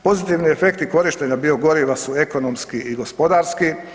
Pozitivni efekti korištenja biogoriva su ekonomski i gospodarski.